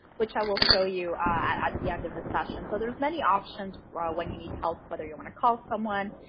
which i will show you at the end of the session. so there's many options ah when you need help, whether you want to call someone,